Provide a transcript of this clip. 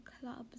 clubs